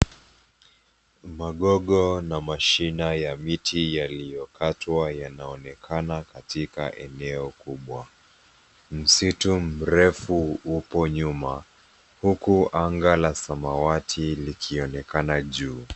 Magogo na mashina ya miti yaliyokatwa yanaonekana katika eneo kubwa. Msitu mrefu upo nyuma huku anga la samawati likionekana juu.